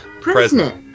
President